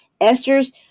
Esther's